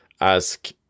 ask